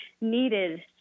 needed